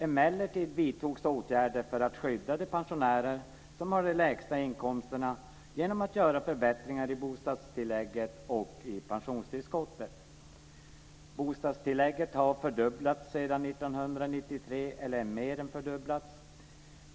Emellertid vidtogs åtgärder för att skydda de pensionärer som har de lägsta inkomsterna genom förbättringar i bostadstillägget och i pensionstillskottet. Bostadstillägget har mer än fördubblats sedan 1993.